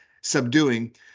subduing